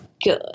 good